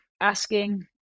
asking